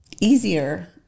easier